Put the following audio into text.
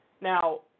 Now